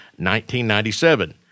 1997